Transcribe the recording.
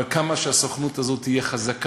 אבל ככל שהסוכנות הזאת תהיה חזקה,